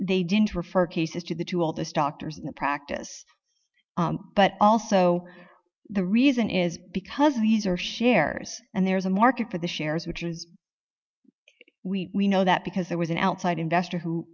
they didn't refer cases to the two oldest doctors in the practice but also the reason is because these are shares and there's a market for the shares which is we know that because there was an outside investor who